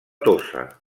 tossa